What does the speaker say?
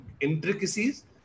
intricacies